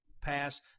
pass